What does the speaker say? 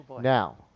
Now